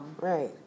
Right